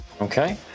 Okay